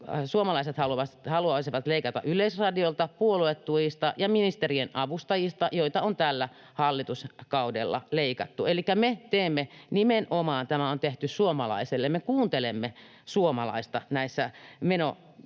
haluaa itse asiassa korottaa — ja Yleisradiolta, puoluetuista ja ministerien avustajista, joita on tällä hallituskaudella leikattu. Elikkä me teemme tämän nimenomaan suomalaiselle, me kuuntelemme suomalaista näissä menoleikkauskohteissa.